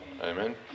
Amen